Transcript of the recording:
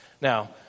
Now